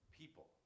people